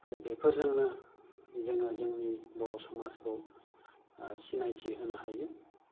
दा बेफोरजोंनो जोङो जोंनि बर' समाजखौ सिनायथि होनो हायो